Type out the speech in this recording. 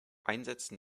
einsätzen